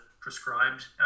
prescribed